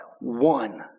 one